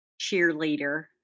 cheerleader